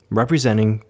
representing